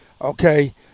okay